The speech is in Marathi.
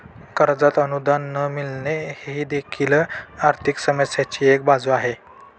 कर्जात अनुदान न मिळणे ही देखील आर्थिक समस्येची एक बाजू आहे